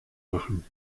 machen